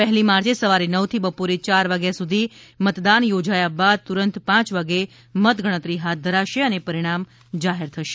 પહેલી માર્ચે સવારે નવથી બપોરે યાર વાગ્યા સુધી મતદાન યોજાયા બાદ તુરંત પાંચ વાગે મત ગણતરી હાથ ધરાશે અને પરીણામ જાહેર થશે